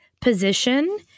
Position